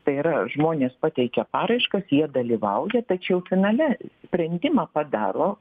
tai yra žmonės pateikė paraiškas jie dalyvauja tačiau finale sprendimą padaro